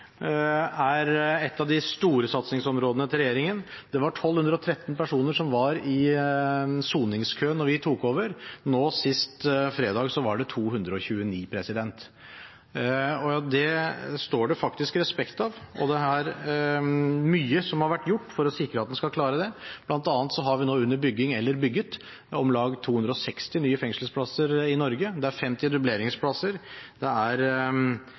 er et av de store satsingsområdene til regjeringen. Det var 1 213 personer som sto i soningskø da vi tok over, nå sist fredag var det 229. Det står det respekt av, og det er mye som har vært gjort for å sikre at vi skal klare det. Blant annet har vi nå under bygging eller har bygd om lag 260 nye fengselsplasser i Norge. Det er 50 dubleringsplasser, det er